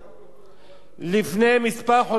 לפני כמה חודשים, אדוני היושב-ראש,